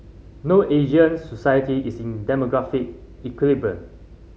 no Asian society is in demographic equilibrium